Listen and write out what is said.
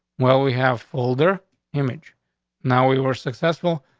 well, we have folder image now. we were successful,